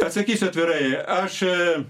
atsakysiu atvirai aš